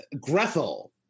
Grethel